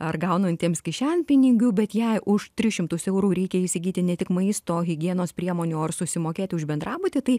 ar gaunantiems kišenpinigių bet jei už tris šimtus eurų reikia įsigyti ne tik maisto higienos priemonių ar susimokėti už bendrabutį tai